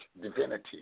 divinity